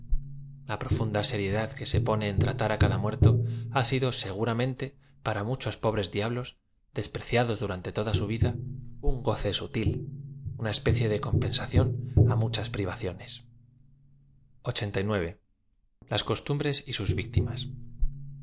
a profunda seriedad que se pone en tratar á cada muerto ha sido seguramente para muchos pobres diablos despreciados durante toda su vida un goce sutil una especie de compensa ción á muchas privaciones las costumbres y sus victimas